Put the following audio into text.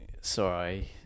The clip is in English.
sorry